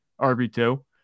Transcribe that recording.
rb2